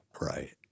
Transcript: right